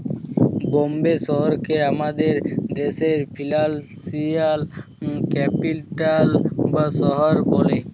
বম্বে শহরকে আমাদের দ্যাশের ফিল্যালসিয়াল ক্যাপিটাল বা শহর ব্যলে